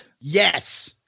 Yes